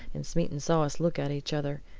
and smeaton saw us look at each other,